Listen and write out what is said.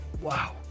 wow